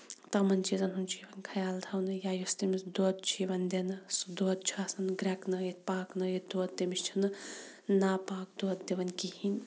تَمَن چیٖزَن ہُنٛد چھُ یِوان خَیال تھاونہٕ یا یُس تٔمِس دۄد چھُ یِوان دٕنہٕ سُہ دۄد چھُ آسان گرکنٲیِتھ پاکنٲیِتھ دۄد تٔمِس چھِ نہٕ ناپاک دۄد دِوان کِہِیٖنۍ